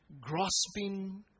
grasping